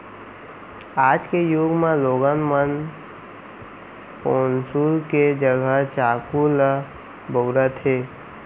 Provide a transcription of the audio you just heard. आज के जुग म लोगन मन पौंसुल के जघा चाकू ल बउरत हें